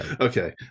Okay